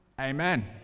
amen